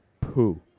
poo